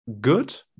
good